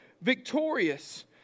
victorious